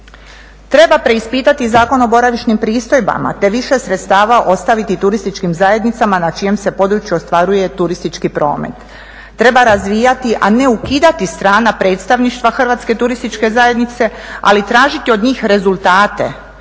Treba preispitati Zakon o boravišnim pristojbama, te više sredstava ostaviti turističkim zajednicama na čijem se području ostvaruje turistički promet, treba razvijati a ne ukidati strana predstavništva Hrvatske turističke zajednice, ali i tražiti od njih rezultate,